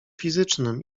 fizycznym